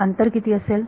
तर अंतर किती असेल